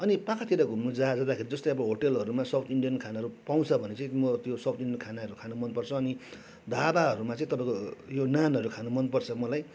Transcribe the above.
अनि पाखातिर घुम्नु जा जाँदाखेरि जस्तै होटलहरूमा साउथ इन्डियन खानाहरू पाउँछ भने चाहिँ त्यो साउथ इन्डियन खानाहरू खान मनपर्छ अनि ढाबाहरूमा चाहिँ तपाईँको यो नानहरू खानु मनपर्छ मलाई